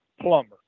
plumber